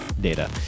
data